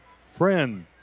Friend